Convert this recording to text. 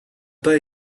pas